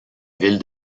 ville